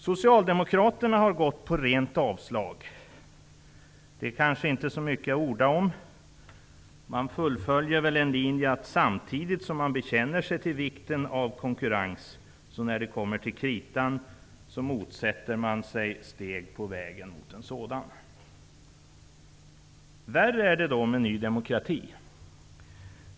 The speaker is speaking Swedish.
Socialdemokraterna föreslår rent avslag. Det är kanske inte så mycket att orda om. Man fullföljer väl linjen att samtidigt som man ibland bekänner vikten av konkurrens, motsätta sig steg på vägen mot en sådan när det kommer till kritan. Värre är det med Ny demokrati.